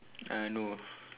uh no